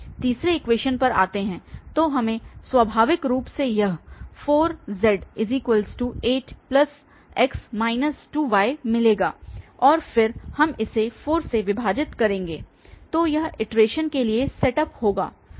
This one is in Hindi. तीसरे इक्वेशन पर आ रहे हैं तो हमें स्वाभाविक रूप से यह 4z8x 2y मिलेगा और फिर हम इसे 4 से विभाजित करेंगे तो यह इटरेशन के लिए सेटअप होगा